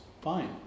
Fine